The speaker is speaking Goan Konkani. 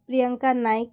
प्रियंका नायक